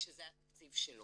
שזה התקציב שלו.